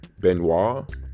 Benoit